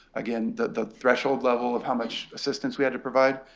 again, the threshold level of how much assistance we had to provide,